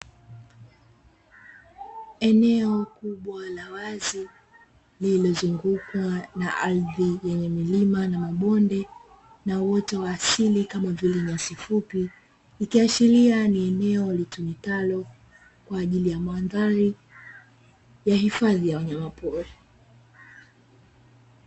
Eneo kubwa la wazi lililozungukwa na ardhi yenye milima na mabonde na uoto wa asili kama vile nyasi fupi. Ikiashiria ni eneo litumikalo kwa ajili ya mandhari ya hifadhi ya wanyamapori.